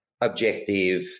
objective